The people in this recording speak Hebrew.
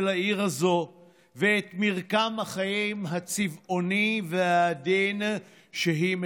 העיר הזאת ואת מרקם החיים הצבעוני והעדין שהיא מכילה.